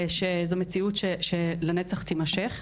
ושזו מציאות שלנצח תימשך,